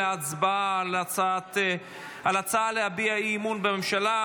אנחנו עוברים להצבעה על ההצעה להביע אי-אמון בממשלה.